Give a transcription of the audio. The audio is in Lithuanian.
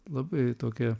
labai tokia